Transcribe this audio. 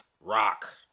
Rock